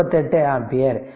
38 ampere